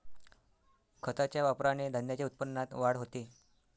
खताच्या वापराने धान्याच्या उत्पन्नात वाढ होते